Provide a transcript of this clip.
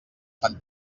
fan